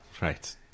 Right